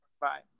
Bye